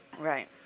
Right